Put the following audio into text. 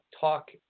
talk